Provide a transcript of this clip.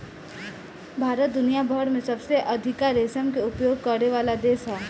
भारत दुनिया भर में सबसे अधिका रेशम के उपयोग करेवाला देश ह